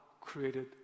created